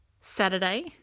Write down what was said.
Saturday